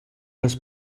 las